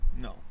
No